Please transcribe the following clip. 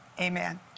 amen